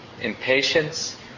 impatience